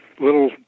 little